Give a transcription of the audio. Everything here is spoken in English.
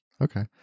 Okay